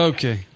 Okay